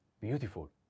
beautiful